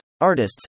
artists